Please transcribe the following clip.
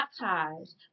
baptized